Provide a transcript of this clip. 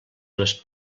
les